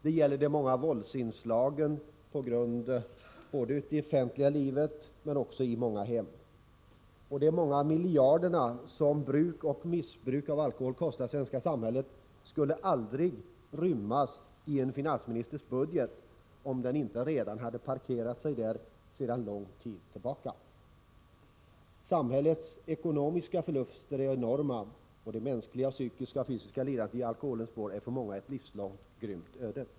Det gäller de många våldsinslagen ute i det offentliga livet men också i många hem. De många miljarder som bruk och missbruk av alkohol kostar det svenska samhället skulle aldrig rymmas i en finansministers budget, om de inte redan hade parkerat sig där sedan lång tid tillbaka. Samhällets ekonomiska förluster är enorma, och det mänskliga psykiska och fysiska lidandet i alkoholens spår är för många ett livslångt grymt öde.